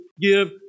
give